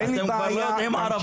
אתם כבר לא יודעים ערבית,